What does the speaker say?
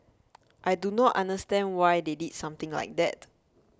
I do not understand why they did something like that